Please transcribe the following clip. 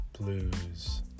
blues